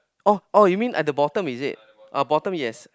oh oh you mean at the bottom is it oh bottom yes